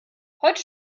heute